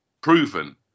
proven